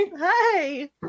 hi